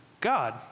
God